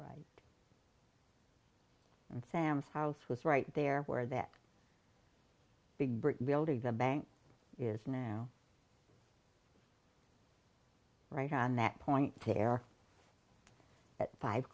yeah and sam's house was right there where that big brick building the bank is now right on that point there at five